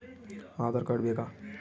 Aadhaar card ಬೇಕಾ?